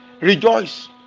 Rejoice